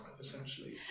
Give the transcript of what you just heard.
essentially